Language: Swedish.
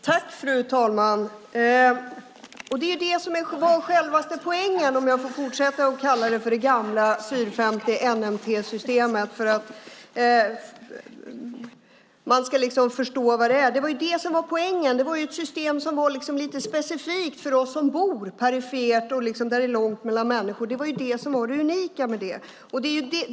Herr talman! Det var själva poängen med det gamla NMT 450-systemet. Det var ett system som var lite specifikt för oss som bor perifert där det är långt mellan människor. Det var det unika med det.